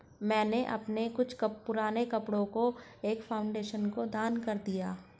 मैंने अपने कुछ पुराने कपड़ो को एक फाउंडेशन को दान कर दिया